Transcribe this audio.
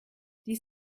dies